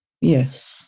yes